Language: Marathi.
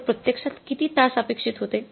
तर प्रत्यक्षात किती तास अपेक्षित होते